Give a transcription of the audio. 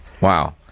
Wow